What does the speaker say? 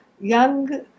young